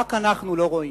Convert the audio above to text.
ורק אנחנו לא רואים.